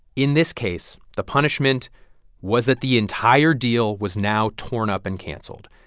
in this case, the punishment was that the entire deal was now torn up and canceled.